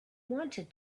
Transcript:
wanted